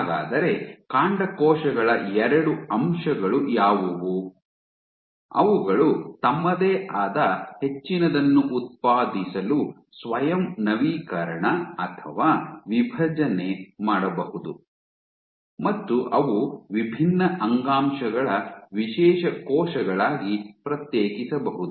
ಹಾಗಾದರೆ ಕಾಂಡಕೋಶಗಳ ಎರಡು ಅಂಶಗಳು ಯಾವುವು ಅವುಗಳು ತಮ್ಮದೇ ಆದ ಹೆಚ್ಚಿನದನ್ನು ಉತ್ಪಾದಿಸಲು ಸ್ವಯಂ ನವೀಕರಣ ಅಥವಾ ವಿಭಜನೆ ಮಾಡಬಹುದು ಮತ್ತು ಅವು ವಿಭಿನ್ನ ಅಂಗಾಂಶಗಳ ವಿಶೇಷ ಕೋಶಗಳಾಗಿ ಪ್ರತ್ಯೇಕಿಸಬಹುದು